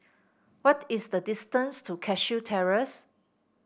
what is the distance to Cashew Terrace